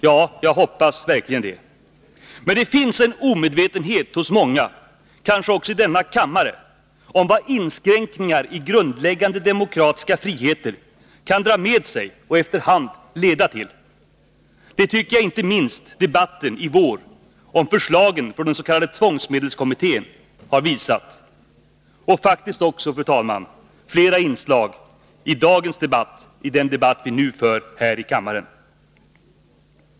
Ja, det hoppas jag verkligen. Men det finns en omedvetenhet hos många, kanske också i denna kammare, om vad inskränkningar i grundläggande demokratiska friheter kan dra med sig och efter hand leda till. Det tycker jag inte minst debatten i vår om förslagen från den s.k. tvångsmedelskommittén har visat. Det gäller faktiskt, fru talman, också flera inslag i den debatt som nu förs här i kammaren.